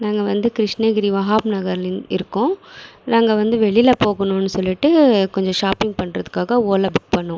நாங்கள் வந்து கிரிஷ்ணகிரி வஹாப் நகர்லங்க இருக்கோம் நாங்கள் வந்து வெளியில் போகணும்னு சொல்லிட்டு கொஞ்சம் ஷாப்பிங் பண்ணுறதுக்காக ஓலா புக் பண்ணோம்